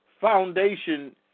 foundation